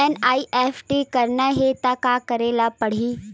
NEFT करना हे त का करे ल पड़हि?